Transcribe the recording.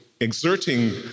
exerting